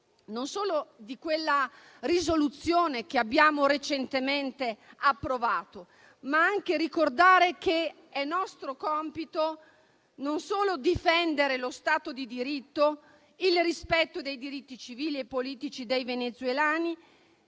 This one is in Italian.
contenuti della risoluzione che abbiamo recentemente approvato, ma anche che è nostro compito non solo difendere lo Stato di diritto, il rispetto dei diritti civili e politici dei venezuelani,